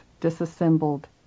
disassembled